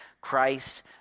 Christ